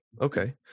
okay